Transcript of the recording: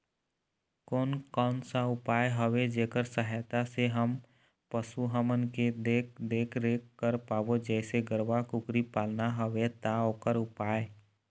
कोन कौन सा उपाय हवे जेकर सहायता से हम पशु हमन के देख देख रेख कर पाबो जैसे गरवा कुकरी पालना हवे ता ओकर उपाय?